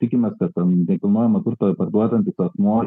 tikimės kad ten nekilnojamą turtą parduodantis asmuo